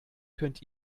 könnt